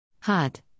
Hot